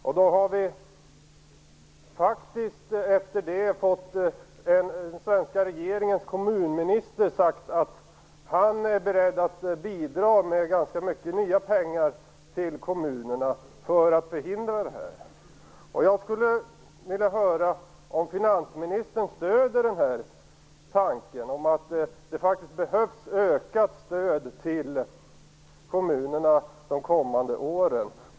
Efter det har faktiskt den svenska regeringens kommunminister sagt att han är beredd att bidra med ganska mycket nya pengar till kommunerna för att förhindra detta. Jag skulle vilja höra om finansministern stöder tanken att det faktiskt behövs ökat stöd till kommunerna de kommande åren.